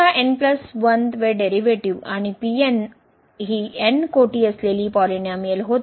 कारण वे डेरीवेटीव आणि हि n कोटी असलेली पॉलिनोमिअल होते